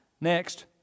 Next